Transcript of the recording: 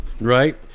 right